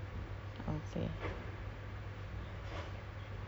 so I told them about that then they raised it up to the C_C